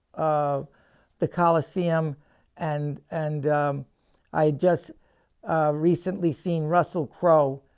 ah the coliseum and and i just recently seen russell crowe